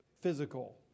physical